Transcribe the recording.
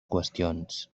qüestions